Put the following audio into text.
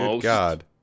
God